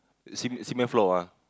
ce~ cement floor ah